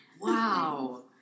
Wow